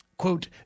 Quote